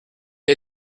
est